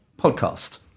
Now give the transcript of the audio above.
podcast